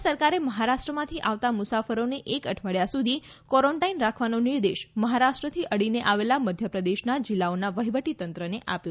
રાજ્ય સરકારે મહારાષ્ટ્રમાંથી આવતા મુસાફરોને એક અઠવાડિયા સુધી ક્વોરન્ટાઇન રાખવાનો નિર્દેશ મહારાષ્ટ્રથી અડીને આવેલા મધ્યપ્રદેશના જિલ્લાઓના વહીવટીતંત્રને આપ્યો છે